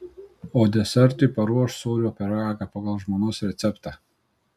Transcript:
o desertui paruoš sūrio pyragą pagal žmonos receptą